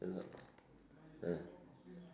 uh